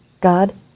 God